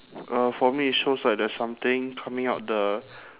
uh for me it shows like there's something coming out the